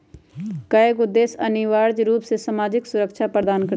कयगो देश अनिवार्ज रूप से सामाजिक सुरक्षा प्रदान करई छै